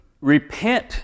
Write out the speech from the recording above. repent